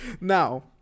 now